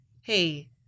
hey